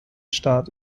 staat